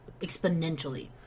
exponentially